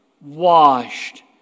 washed